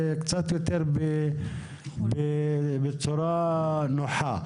קצת יותר בצורה נוחה.